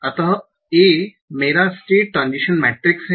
अतः A मेरा state transition matrix है